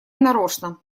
нарочно